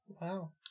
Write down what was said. Wow